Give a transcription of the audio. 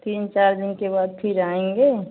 तीन चार दिन के बाद फिर आएँगे